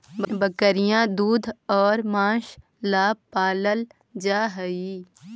बकरियाँ दूध और माँस ला पलाल जा हई